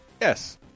Yes